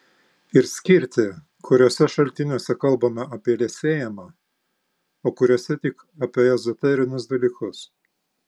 ir skirti kuriuose šaltiniuose kalbama apie liesėjimą o kuriuose tik apie ezoterinius dalykus